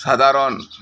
ᱥᱟᱫᱷᱟᱨᱚᱱ